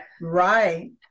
Right